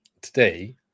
today